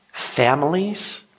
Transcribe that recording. families